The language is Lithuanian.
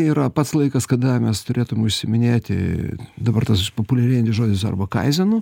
yra pats laikas kada mes turėtum užsiiminėti dabar tas išpopuliarėjantis žodis arba kaizenu